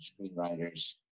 screenwriters